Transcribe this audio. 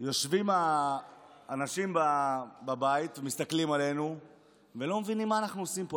יושבים האנשים בבית ומסתכלים עלינו ולא מבינים מה אנחנו עושים פה,